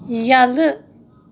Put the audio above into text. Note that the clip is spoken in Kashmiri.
یَلہٕ